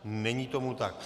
Není tomu tak.